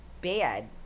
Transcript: bad